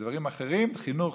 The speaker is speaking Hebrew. חינוך,